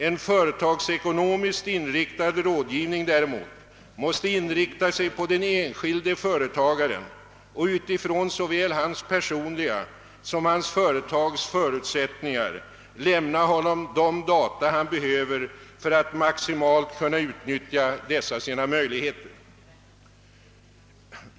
En företagsekonomiskt inriktad rådgivning däremot måste inrikta sig på den enskilde företagaren och utifrån såväl hans personliga som hans företags förutsättningar lämna honom de data han behöver för att maximalt kunna utnyttja dessa sina möjligheter.